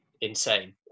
insane